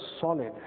solid